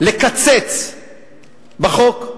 לקצץ בחוק.